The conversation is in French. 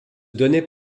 donnait